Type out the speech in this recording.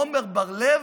עמר בר לב,